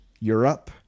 Europe